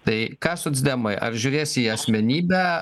tai ką socdemai ar žiūrės į asmenybę